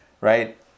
right